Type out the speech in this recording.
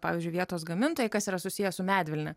pavyzdžiui vietos gamintojai kas yra susiję su medvilne